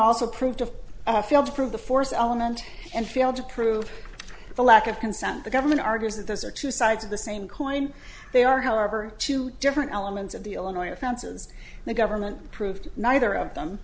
also approved of a field to prove the force element and failed to prove the lack of consent the government argues that those are two sides of the same coin they are however two different elements of the illinois offenses the government proved neither of them